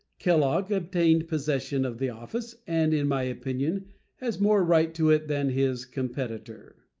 kellogg obtained possession of the office, and in my opinion has more right to it than his competitor.